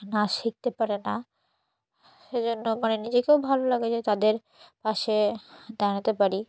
নাচ শিখতে পারে না সেজন্য মানে নিজেকেও ভালো লাগে যে তাদের পাশে দাঁড়াতে পারি